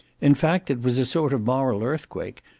in fact, it was a sort of moral earthquake,